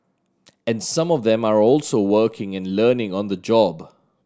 and some of them are also working and learning on the job